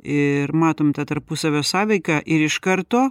ir matom tą tarpusavio sąveiką ir iš karto